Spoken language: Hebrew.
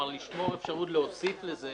לשמור אפשרות להוסיף לזה